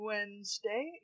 Wednesday